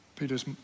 Peter's